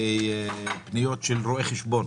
בפניות של רואי חשבון